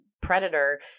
predator